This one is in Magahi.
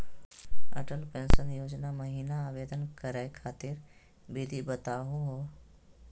अटल पेंसन योजना महिना आवेदन करै खातिर विधि बताहु हो?